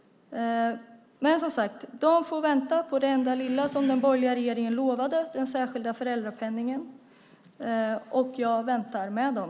Men som sagt: De får vänta på det enda lilla som den borgerliga regeringen lovade, nämligen den särskilda föräldrapenningen, och jag väntar med dem.